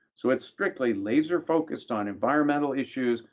so it's strictly laser-focused on environmental issues,